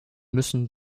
müssen